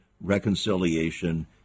reconciliation